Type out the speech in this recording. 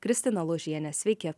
kristina ložiene sveiki